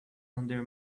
under